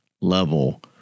level